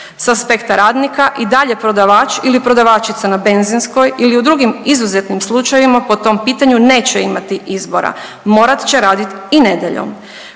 Sa aspekta radnika i dalje prodavač ili prodavačica na benzinskoj ili u drugim izuzetnim slučajevima po tom pitanju neće imati izbora. Morat će raditi i nedjeljom.